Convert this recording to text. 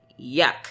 yuck